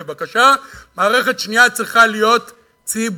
בבקשה, מערכת שנייה צריכה להיות ציבורית.